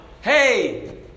hey